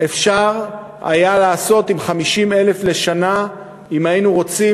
אפשר היה לעשות עם 50,000 לשנה אם היינו רוצים